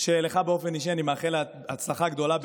שלך באופן אישי אני מאחל הצלחה גדולה,